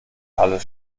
alles